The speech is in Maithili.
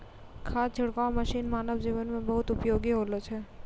खाद छिड़काव मसीन मानव जीवन म बहुत उपयोगी होलो छै